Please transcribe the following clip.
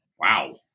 wow